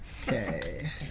Okay